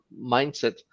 mindset